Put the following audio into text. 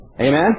Amen